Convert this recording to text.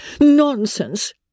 Nonsense